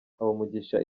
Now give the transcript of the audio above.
habumugisha